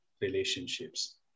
relationships